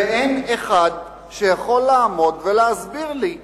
ואין אחד שיכול לעמוד ולהסביר לי למה.